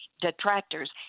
detractors